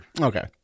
Okay